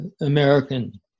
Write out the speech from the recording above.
American